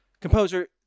composer